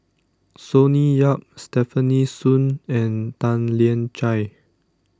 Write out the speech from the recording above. Sonny Yap Stefanie Sun and Tan Lian Chye